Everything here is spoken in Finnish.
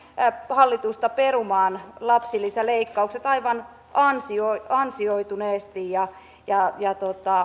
hallitusta perumaan lapsilisäleikkaukset aivan ansioituneesti ja ja